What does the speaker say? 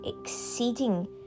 exceeding